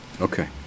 okay